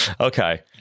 Okay